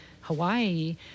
Hawaii